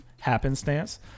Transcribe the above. happenstance